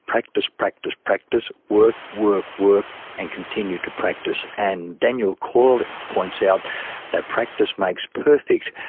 practice, practice, practice, work, work, work, and continue to practice. and daniel coyle points out that practice makes perfect,